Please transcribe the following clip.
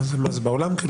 זה בעולם?